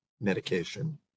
medication